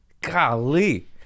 Golly